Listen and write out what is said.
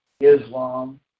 Islam